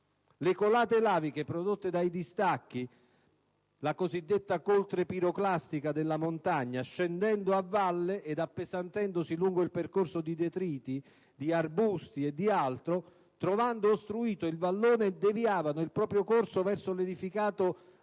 Le colate laviche, prodotte dai distacchi della cosiddetta coltre piroclastica dalla montagna, scendendo a valle ed appesantendosi lungo il percorso di detriti, arbusti ed altro, trovando ostruito il vallone, deviavano il proprio corso verso l'edificato